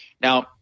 Now